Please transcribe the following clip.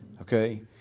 okay